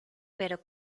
pero